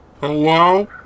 Hello